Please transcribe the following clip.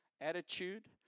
Attitude